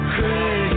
Crazy